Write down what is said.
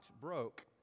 broke